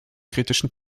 kritischen